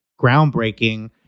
groundbreaking